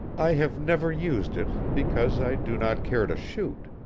i have never used it, because i do not care to shoot.